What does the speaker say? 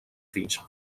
fills